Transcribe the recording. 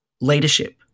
leadership